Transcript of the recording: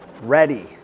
ready